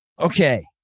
okay